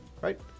right